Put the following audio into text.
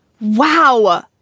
Wow